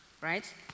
right